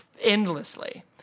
endlessly